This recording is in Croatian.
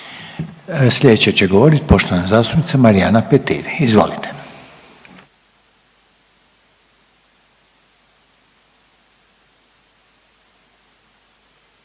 Slijedeća će govorit poštovana zastupnica Marijana Petir. Izvolite.